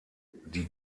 die